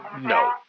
No